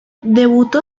debutó